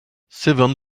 seven